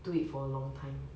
do it for a long time